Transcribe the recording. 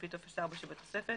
לפי טופס 4 שבתוספת.